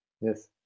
yes